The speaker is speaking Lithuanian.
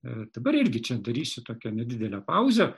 dabar irgi čia darysiu tokią nedidelę pauzę